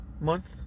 month